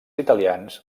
italians